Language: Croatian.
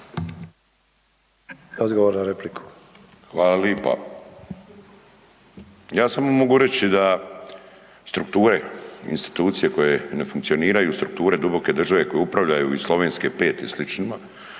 Hvala lipa. Ja samo mogu reći da strukture i institucije koje ne funkcioniraju strukture duboke države koje upravljaju iz Slovenske 5 i sl.,